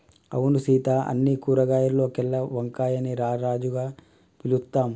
అవును సీత అన్ని కూరగాయాల్లోకెల్లా వంకాయని రాజుగా పిలుత్తాం